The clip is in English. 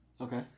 Okay